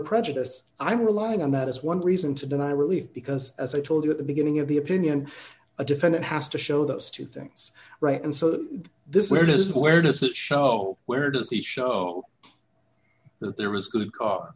prejudice i'm relying on that as one reason to deny relief because as i told you at the beginning of the opinion a defendant has to show those two things right and so that this is where it is where does it show where does it show that there was good ca